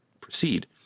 proceed